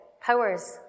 Power's